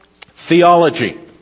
theology